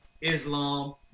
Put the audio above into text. Islam